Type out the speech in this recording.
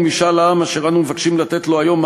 אנחנו צריכים תגובה שהיא חזקה,